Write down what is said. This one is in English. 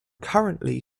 currently